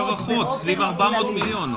יש הערכות, סביב 400 מיליון.